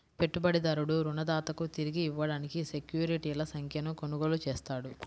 పెట్టుబడిదారుడు రుణదాతకు తిరిగి ఇవ్వడానికి సెక్యూరిటీల సంఖ్యను కొనుగోలు చేస్తాడు